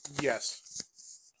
yes